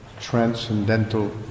transcendental